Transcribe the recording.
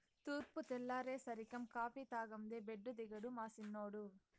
తూర్పు తెల్లారేసరికం కాఫీ తాగందే బెడ్డు దిగడు మా సిన్నోడు